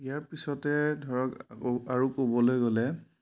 ইয়াৰ পিছতে ধৰক আৰু ক'বলৈ গ'লে